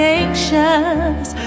anxious